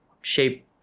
shape